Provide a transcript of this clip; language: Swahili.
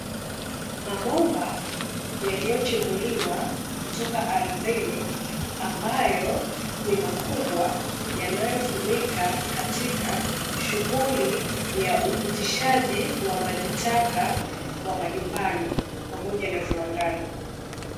Mabomba yaliyochimbuliwa kutoka ardhini ambayo ni makubwa yanayotumika katika shughuli ya upitishaji wa maji taka wa majumbani pamoja na viwandani.